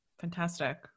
Fantastic